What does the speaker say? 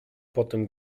potem